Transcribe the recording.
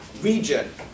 region